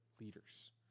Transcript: leaders